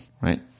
right